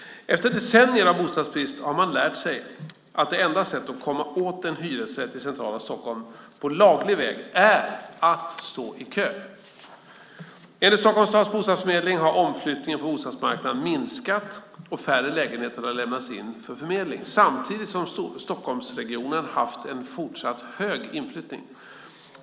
Efter decennier av bostadsbrist har man lärt sig att det enda sättet att komma åt en hyresrätt i centrala Stockholm på laglig väg är att stå i kö. Enligt Stockholm stads bostadsförmedling har omflyttningen på bostadsmarknaden minskat och färre lägenheter har lämnats in för förmedling, samtidigt som Stockholmsregionen har haft en fortsatt hög inflyttning.